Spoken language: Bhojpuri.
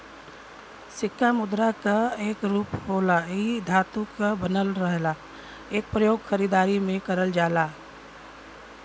सिक्का मुद्रा क एक रूप होला इ धातु क बनल रहला एकर प्रयोग खरीदारी में करल जाला